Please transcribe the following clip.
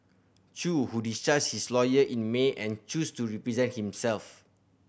Chew who discharged his lawyer in May and chose to represent himself